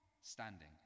standing